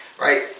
right